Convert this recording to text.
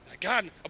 God